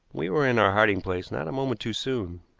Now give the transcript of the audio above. we were in our hiding place not a moment too soon.